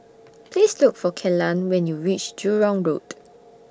Please Look For Kellan when YOU REACH Jurong Road